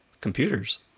computers